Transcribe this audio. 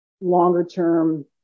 longer-term